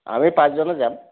আমি পাঁচজনে যাম